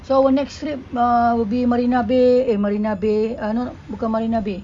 so the next trip uh will be marina bay eh marina bay err no bukan marina bay